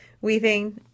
weaving